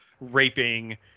raping